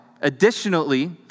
Additionally